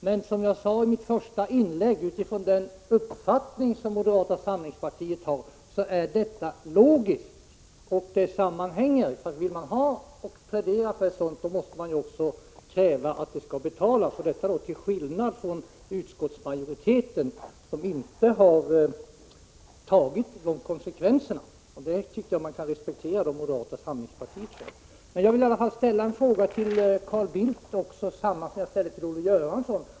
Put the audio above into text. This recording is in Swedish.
Men som jag sade i mitt första inlägg: Utifrån den uppfattning moderata samlingspartiet har är det logiskt och sammanhänger med att man vill ha och planera för ett sådant, att man också måste kräva att det skall betalas, till skillnad från utskottsmajoriteten som inte har tagit dessa konsekvenser. Detta tycker jag man kan respektera moderata samlingspartiet för. Jag vill ställa samma fråga till Carl Bildt som jag ställde till Olle Göransson.